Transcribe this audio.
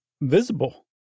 visible